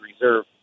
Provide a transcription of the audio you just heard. reserve